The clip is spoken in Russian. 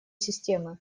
системы